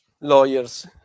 lawyers